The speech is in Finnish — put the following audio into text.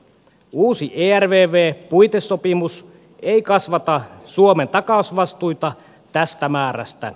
uusi ervv puitesopimus ei kasvata suomen takausvastuita tästä määrästä